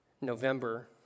November